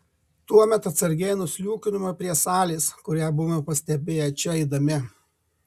tuomet atsargiai nusliūkinome prie salės kurią buvome pastebėję čia eidami